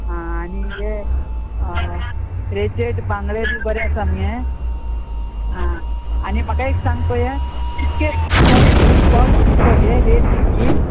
आं आनी रेचेट बांगडे बी बरें आसा मगे आं आनी म्हाका एक सांग पळय कितके कॉस्ट कॉस्ट कितको गे रेट कितकी